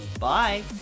bye